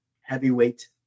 Heavyweight